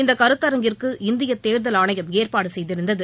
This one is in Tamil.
இந்த கருத்தரங்கிற்கு இந்திய தேர்தல் ஆணையம் ஏற்பாடு செய்திருந்தது